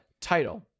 Title